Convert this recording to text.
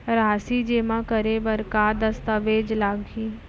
राशि जेमा करे बर का दस्तावेज लागही?